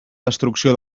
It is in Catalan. destrucció